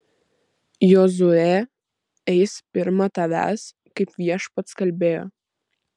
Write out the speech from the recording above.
jozuė eis pirma tavęs kaip viešpats kalbėjo